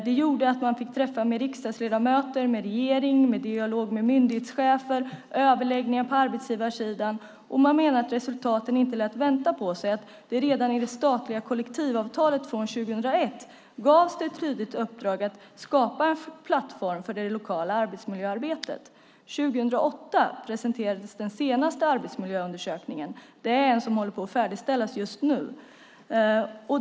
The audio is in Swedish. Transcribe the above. Det gjorde att man fick träffa riksdagsledamöter och regeringen, föra dialoger med myndighetschefer och ha överläggningar på arbetsgivarsidan. Man menar att resultaten inte lät vänta på sig, att det redan i det statliga kollektivavtalet från 2001 gavs ett tydligt uppdrag att skapa en plattform för det lokala arbetsmiljöarbetet. År 2008 presenterades den senaste arbetsmiljöundersökningen, som håller på att färdigställas just nu.